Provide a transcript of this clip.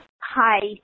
hi